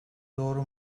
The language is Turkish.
doğru